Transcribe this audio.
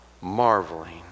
marveling